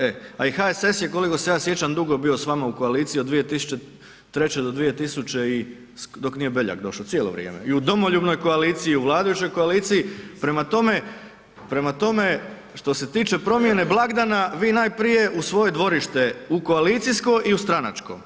E, a i HSS je koliko se ja sjećam dugo bio s vama u koaliciji, od 2003. do 2000 i, dok nije Beljak došao, cijelo vrijeme i Domoljubnoj koaliciji i u vladajućoj koalicij, prema tome, prema tome, što se tiče promjene blagdana, vi najprije u svoje dvorište u koalicijsko i u stranačko.